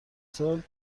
سال